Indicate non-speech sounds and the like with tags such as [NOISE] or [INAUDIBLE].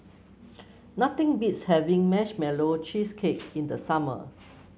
[NOISE] nothing beats having Marshmallow Cheesecake in the summer